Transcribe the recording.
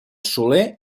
soler